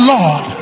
Lord